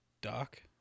doc